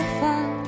fun